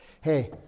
Hey